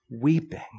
weeping